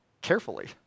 carefully